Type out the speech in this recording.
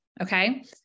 okay